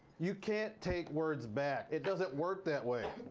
you can't take words back. it doesn't work that way,